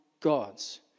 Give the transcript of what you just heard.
God's